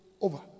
over